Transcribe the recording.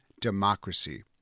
democracy